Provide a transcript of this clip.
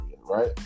right